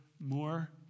more